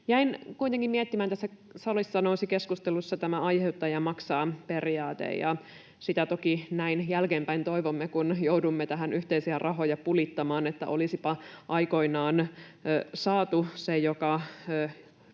Jäin kuitenkin miettimään, kun tässä salissa nousi keskustelussa tämä aiheuttaja maksaa ‑periaate. Sitä toki näin jälkeenpäin toivomme, kun joudumme tähän yhteisiä rahoja pulittamaan, että olisipa aikoinaan saatu se, joka